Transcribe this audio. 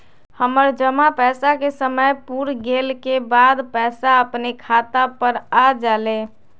हमर जमा पैसा के समय पुर गेल के बाद पैसा अपने खाता पर आ जाले?